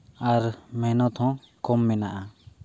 ᱟᱨ ᱢᱮᱦᱱᱚᱛ ᱦᱚᱸ ᱠᱚᱢ ᱢᱮᱱᱟᱜᱼᱟ